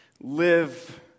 live